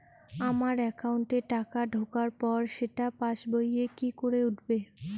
আমার একাউন্টে টাকা ঢোকার পর সেটা পাসবইয়ে কি করে উঠবে?